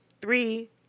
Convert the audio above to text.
Three